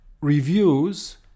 reviews